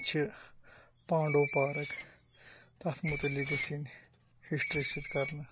تَتہِ چھِ پانٛڑوٗ پارَک تَتھ مُتعلِق گَژھِ یِنۍ ہِسٹری سۭتۍ کَرنہٕ